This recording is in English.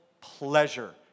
pleasure